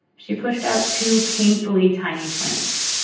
she pushed out two painfully tiny twins.